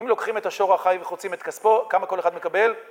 אם לוקחים את השור החי וחוצים את כספו, כמה כל אחד מקבל?